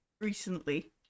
recently